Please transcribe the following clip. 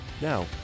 Now